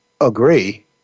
agree